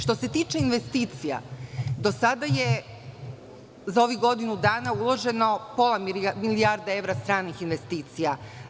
Što se tiče investicija do sada je za ovih godinu dana uloženo pola milijarde evra stranih investicija.